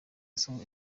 nsabe